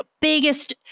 biggest